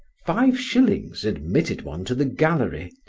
five shillings admitted one to the gallery,